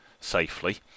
safely